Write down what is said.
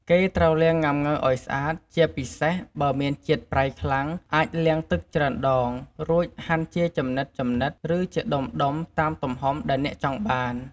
គេត្រូវលាងងុាំង៉ូវឲ្យស្អាត ជាពិសេសបើមានជាតិប្រៃខ្លាំង អាចលាងទឹកច្រើនដង រួចហាន់ជាចំណិតៗ ឬជាដុំៗ តាមទំហំដែលអ្នកចង់បាន។